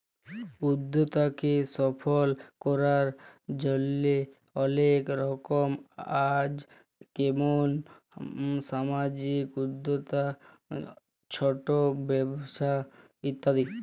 উদ্যক্তাকে সফল করার জন্হে অলেক রকম আছ যেমন সামাজিক উদ্যক্তা, ছট ব্যবসা ইত্যাদি